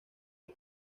del